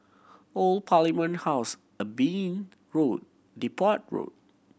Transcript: Old Parliament House Eben Road Depot Road